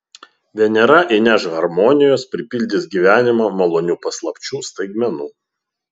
venera įneš harmonijos pripildys gyvenimą malonių paslapčių staigmenų